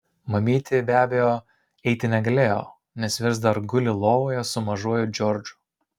mamytė be abejo eiti negalėjo nes vis dar guli lovoje su mažuoju džordžu